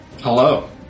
Hello